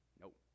Nope